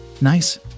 nice